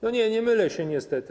Nie, nie mylę się niestety.